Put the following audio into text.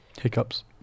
Hiccups